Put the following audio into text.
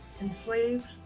Enslaved